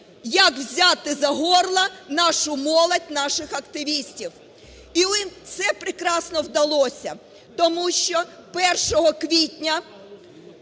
як "взяти за горло" нашу молодь, наших активістів. І їм це прекрасно вдалося, тому що 1 квітня